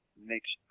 next